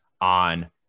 On